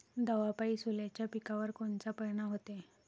दवापायी सोल्याच्या पिकावर कोनचा परिनाम व्हते?